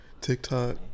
TikTok